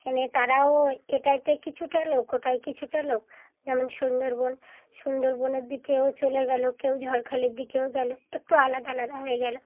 এনে তারাও এটাতে কিছুটা লোক ওটায় কিছুটা লোক যেমন সুন্দরবন সুন্দরবনের দিকেও চলে গেল কেউ ঝড়খালির দিকেও গেল একটু আলাদা আলাদা হয়ে গেল